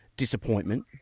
disappointment